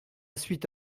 suite